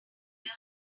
done